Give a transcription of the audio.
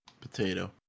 potato